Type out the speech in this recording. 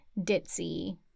ditzy